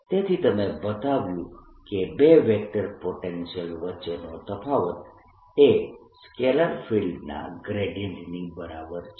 તેથી તમે બતાવ્યું કે બે વેક્ટર પોટેન્શિયલ વચ્ચેનો તફાવત એ સ્કેલર ફિલ્ડના ગ્રેડિયન્ટની બરાબર છે